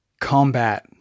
combat